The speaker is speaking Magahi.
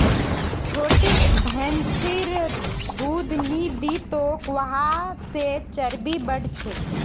छोटिक भैंसिर दूध नी दी तोक वहा से चर्बी बढ़ छेक